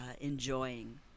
enjoying